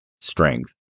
strength